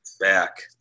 back